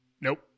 Nope